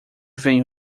vem